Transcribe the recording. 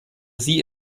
sie